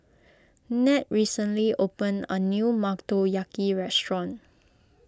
Ned recently opened a new Motoyaki restaurant